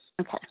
Okay